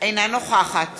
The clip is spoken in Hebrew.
אינה נוכחת